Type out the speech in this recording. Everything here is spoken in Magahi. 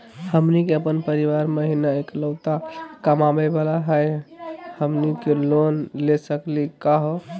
हमनी के अपन परीवार महिना एकलौता कमावे वाला हई, हमनी के लोन ले सकली का हो?